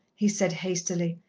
he said hastily.